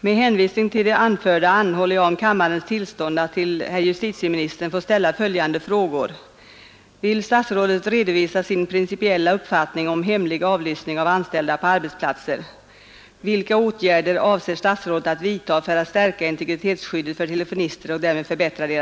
Med hänvisning till det anförda anhåller jag om kammarens tillstånd att till herr justitieministern få ställa följande frågor: Vill statsrådet redovisa sin principiella uppfattning om hemlig avlyssning av anställda på arbetsplatser?